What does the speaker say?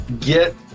get